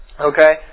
Okay